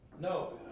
No